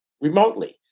remotely